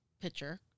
picture